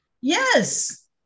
Yes